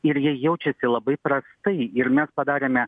ir jie jaučiasi labai prastai ir mes padarėme